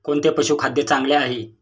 कोणते पशुखाद्य चांगले आहे?